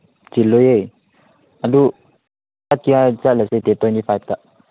ꯆꯤꯜꯂꯣꯏꯌꯦ ꯑꯗꯨ ꯆꯠꯀꯦ ꯍꯥꯏꯔꯗꯤ ꯆꯠꯂꯁꯦ ꯗꯦꯠ ꯇ꯭ꯋꯦꯟꯇꯤ ꯐꯥꯏꯚꯇ